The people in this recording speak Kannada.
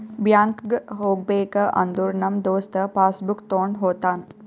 ಬ್ಯಾಂಕ್ಗ್ ಹೋಗ್ಬೇಕ ಅಂದುರ್ ನಮ್ ದೋಸ್ತ ಪಾಸ್ ಬುಕ್ ತೊಂಡ್ ಹೋತಾನ್